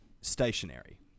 stationary